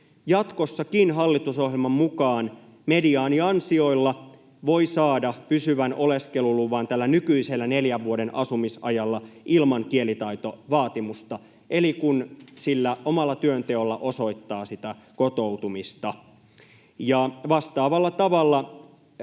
Jatkossakin hallitusohjelman mukaan mediaaniansioilla voi saada pysyvän oleskeluluvan tällä nykyisellä neljän vuoden asumisajalla ilman kielitaitovaatimusta, eli silloin kun sillä omalla työnteolla osoittaa sitä kotoutumista. Ja vastaavalla tavalla